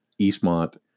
Eastmont